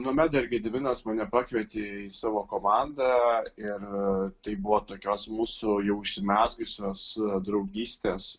nomeda ir gediminas mane pakvietė į savo komandą ir tai buvo tokios mūsų jau užsimezgusios draugystės